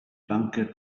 banker